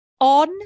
On